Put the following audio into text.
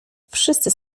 wszyscy